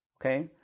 Okay